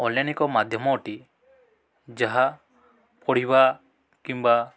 ଅନ୍ୟନିକ ମାଧ୍ୟମଟି ଯାହା ପଢ଼ିବା କିମ୍ବା